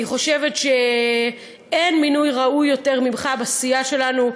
אני חושבת שאין מינוי ראוי יותר ממך בסיעה שלנו.